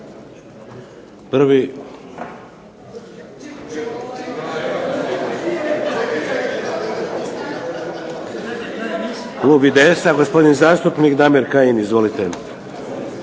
Prvi klub IDS-a, gospodin zastupnik Damir Kajin. Izvolite.